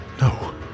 No